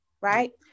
Right